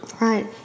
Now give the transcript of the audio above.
Right